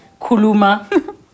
kuluma